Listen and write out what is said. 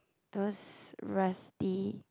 those rusty